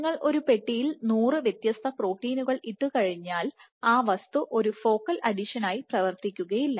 നിങ്ങൾ ഒരു പെട്ടിയിൽ നൂറ് വ്യത്യസ്ത പ്രോട്ടീനുകൾ ഇട്ടുകഴിഞ്ഞാൽ ആ വസ്തു ഒരു ഫോക്കൽ അഡിഷനായി പ്രവർത്തിക്കുകയില്ല